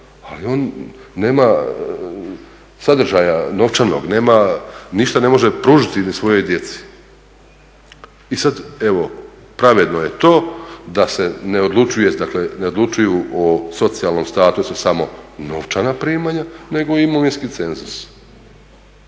ali on nema sadržaja novčanog, ništa ne može pružiti svojoj djeci. I sad evo pravedno je to da se ne odlučuju dakle o socijalnom statusu samo novčana primanja nego i imovinski cenzus.